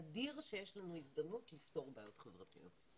נדיר שיש לנו הזדמנות לפתור בעיות חברתיות.